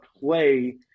play –